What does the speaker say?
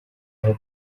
aho